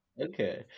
Okay